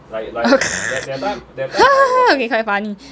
okay quite funny